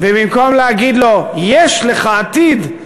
ובמקום להגיד לו: יש לך עתיד,